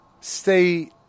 stay